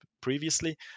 previously